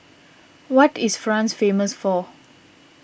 what is France famous for